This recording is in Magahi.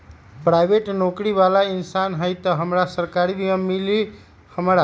पराईबेट नौकरी बाला इंसान हई त हमरा सरकारी बीमा मिली हमरा?